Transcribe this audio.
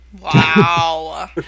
Wow